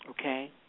okay